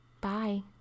Bye